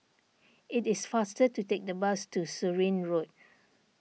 it is faster to take the bus to Surin Road